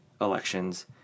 elections